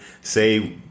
say